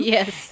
Yes